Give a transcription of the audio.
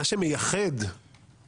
עד כמה שכיף לנו לדבר עם עצמנו,